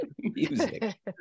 Music